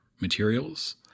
materials